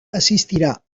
assistirà